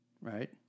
right